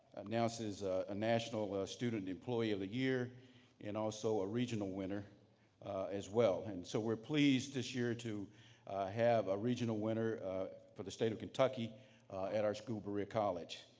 announces a national student employee of the year and also a regional winner as well, and so we're pleased this year to have a regional winner for the state of kentucky at our school berea college.